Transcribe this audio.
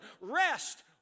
rest